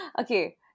Okay